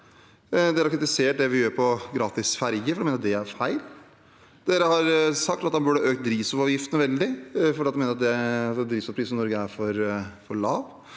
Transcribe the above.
De har kritisert det vi gjør med gratis ferjer, for de mener det er feil. De har sagt at man burde øke drivstoffavgiftene veldig, fordi de mener at drivstoffprisene i Norge er for lave.